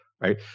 right